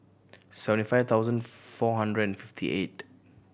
seventy five thousand four hundred and fifty eight